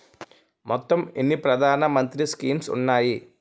మొత్తం ఎన్ని ప్రధాన మంత్రి స్కీమ్స్ ఉన్నాయి?